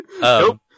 Nope